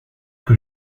que